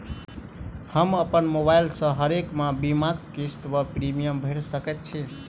हम अप्पन मोबाइल सँ हरेक मास बीमाक किस्त वा प्रिमियम भैर सकैत छी?